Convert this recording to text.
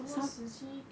什么时期